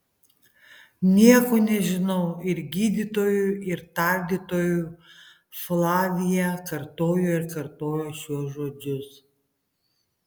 nieko nežinau ir gydytojui ir tardytojui flavija kartojo ir kartojo šiuos žodžius